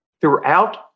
Throughout